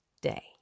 day